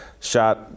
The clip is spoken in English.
shot